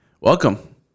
Welcome